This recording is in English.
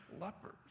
lepers